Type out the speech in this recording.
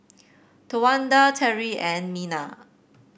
Towanda Teri and Mena